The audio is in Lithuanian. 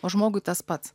o žmogui tas pats